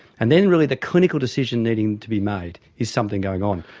and then really the clinical decision needing to be made is something going on?